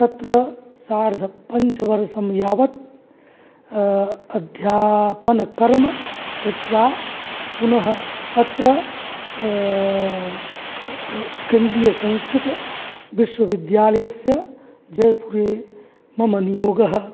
तत्र सार्धपञ्चवर्षं यावत् अध्यापनकर्म कृत्वा पुनः अत्र केन्द्रीयसंस्कृतविश्वविद्यालयस्य जयपुरे मम नियोगः